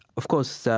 of course, so